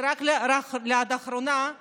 רק עד לאחרונה הוא